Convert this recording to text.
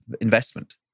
investment